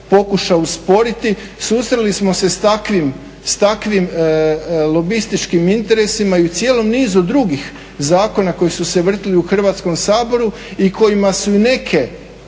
usporiti. Susreli smo se s takvim lobističkim interesima i u cijelom nizu drugih zakona koji su se vrtili u Hrvatskom saboru i kojima su neke